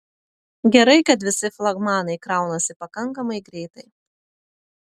gerai kad visi flagmanai kraunasi pakankamai greitai